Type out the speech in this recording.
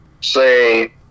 say